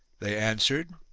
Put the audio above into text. they answered,